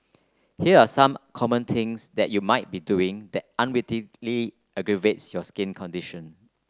here are some common things that you might be doing that unwittingly aggravates your skin condition